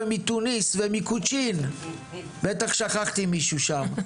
מטוניס ומקוצ'ין בטח שכחתי מישהו שם.